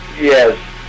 Yes